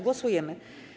Głosujemy.